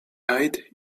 eyed